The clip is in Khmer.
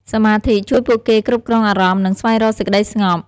សមាធិជួយពួកគេគ្រប់គ្រងអារម្មណ៍ និងស្វែងរកសេចក្ដីស្ងប់។